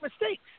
mistakes